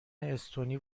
استونی